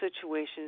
situations